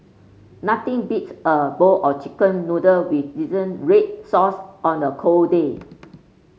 nothing beats a bowl of chicken noodle with red sauce on a cold day